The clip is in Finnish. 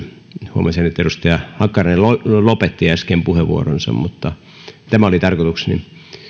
huomasin että edustaja hakkarainen lopetti äsken puheenvuoronsa mutta tämä oli tarkoitukseni